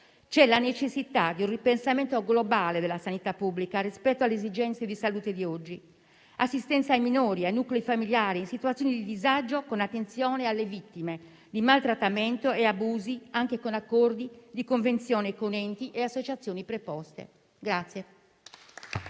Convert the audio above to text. è la necessità di un ripensamento globale della sanità pubblica rispetto alle esigenze di salute di oggi, di assistenza ai minori, ai nuclei familiari e alle situazioni di disagio, con attenzione alle vittime di maltrattamento e abusi, anche con accordi e convenzioni con enti e associazioni preposte.